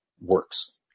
works